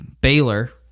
Baylor